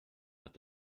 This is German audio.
hat